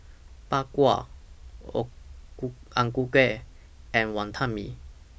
Bak Kwa O Ku Kueh and Wantan Mee